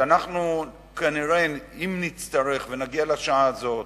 כשאנחנו כנראה, אם נצטרך ונגיע לשעה הזאת,